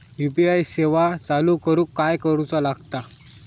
UPI सेवा चालू करूक काय करूचा लागता?